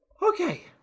Okay